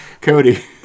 Cody